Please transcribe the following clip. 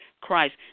Christ